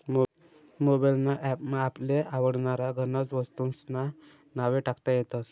mobile ना app मा आपले आवडनारा गनज वस्तूंस्ना नावे टाकता येतस